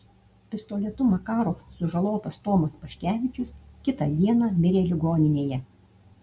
pistoletu makarov sužalotas tomas paškevičius kitą dieną mirė ligoninėje